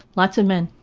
lots of men.